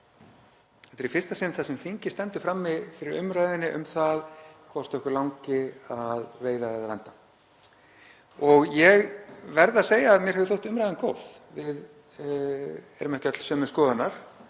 Þetta er í fyrsta sinn sem þingið stendur frammi fyrir umræðunni um það hvort okkur langi að veiða eða vernda. Ég verð að segja að mér hefur þótt umræðan góð. Við erum ekki öll sömu skoðunar,